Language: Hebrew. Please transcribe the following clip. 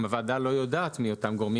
הוועדה לא יודעת מי אלה אותם גורמים